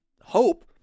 hope